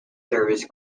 service